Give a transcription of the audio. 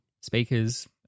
speakers